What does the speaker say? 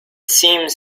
seems